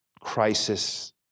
crisis